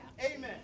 Amen